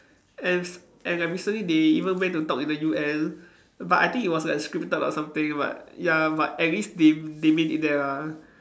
and s~ and like recently they even went to talk in the U_N but I think it was like scripted or something but ya but at least they they made it there lah